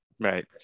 Right